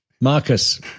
Marcus